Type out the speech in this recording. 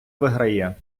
виграє